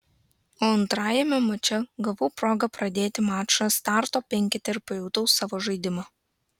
o antrajame mače gavau progą pradėti mačą starto penkete ir pajutau savo žaidimą